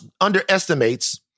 underestimates